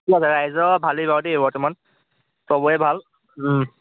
ঠিক আছে ৰাইজৰ ভালেই বাৰু দেই বৰ্তমান চবৰে ভাল